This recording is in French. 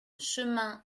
chemin